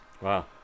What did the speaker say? Wow